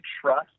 trust